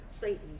Satan